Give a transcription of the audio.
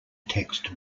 text